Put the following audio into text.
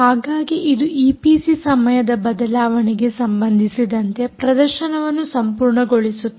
ಹಾಗಾಗಿ ಇದು ಈಪಿಸಿ ಸಮಯದ ಬದಲಾವಣೆಗೆ ಸಂಬಂಧಿಸಿದಂತೆ ಪ್ರದರ್ಶನವನ್ನು ಸಂಪೂರ್ಣಗೊಳಿಸುತ್ತದೆ